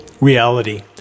reality